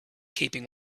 keeping